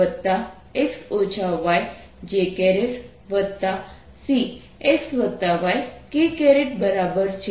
હવે Vxyzx2yijCxy k બરાબર છે